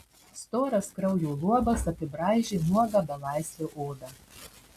storas kraujo luobas apibraižė nuogą belaisvio odą